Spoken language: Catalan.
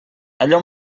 allò